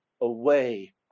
away